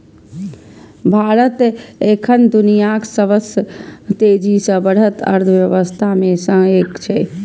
भारत एखन दुनियाक सबसं तेजी सं बढ़ैत अर्थव्यवस्था मे सं एक छै